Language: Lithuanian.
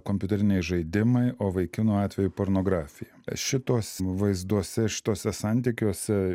kompiuteriniai žaidimai o vaikinų atveju pornografija šitos vaizduose šituose santykiuose